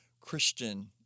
Christian